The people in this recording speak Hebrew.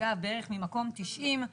אגב בערך ממקום 90,